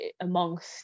amongst